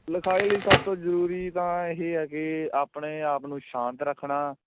ਲਿਖਾਈ ਲਈ ਸਭ ਤੋਂ ਜ਼ਰੂਰੀ ਤਾਂ ਇਹ ਹੈ ਕਿ ਆਪਣੇ ਆਪ ਨੂੰ ਸ਼ਾਂਤ ਰੱਖਣਾ